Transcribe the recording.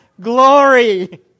glory